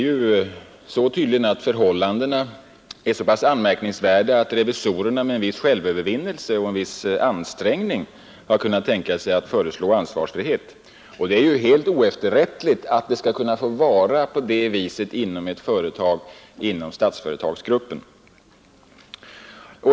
Förhållandena är tydligen så pass anmärkningsvärda att revisorerna endast med självövervinnelse och en viss ansträngning har kunnat tillstyrka ansvarsfrihet. Det är helt oefterrättligt att det skall vara på det sättet inom Statsföretagsgruppen.